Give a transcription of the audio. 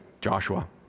Joshua